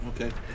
okay